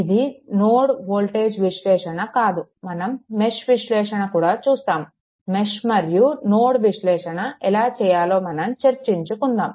ఇది node voltage విశ్లేషణ కాదు మనం మెష్ విశ్లేషణ కూడా చూస్తాము మెష్ మరియు నోడ్ విశ్లేషణ ఎలా చేయాలో మనం చర్చించుకుందాం